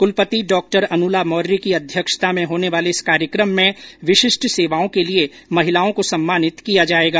कुलपति डॉ अनुला मौर्य की अध्यक्षता में होने वाले इस कार्यक्रम में विशिष्ट सेवाओं के लिए महिलाओं को सम्मानित किया जाएगा